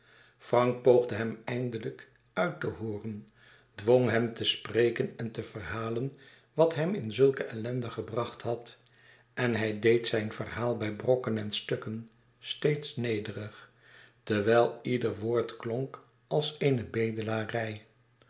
frank poogde hem eindelijk uit te hooren dwong hem te spreken en te verhalen wat hem in zulke ellende gebracht had en hij deed zijn verhaal bij brokken en stukken steeds nederig terwijl ieder woord klonk als eene bedelarij